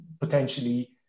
potentially